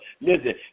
listen